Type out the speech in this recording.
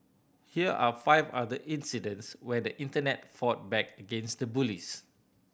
here are five other incidents where the Internet fought back against the bullies